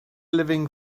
living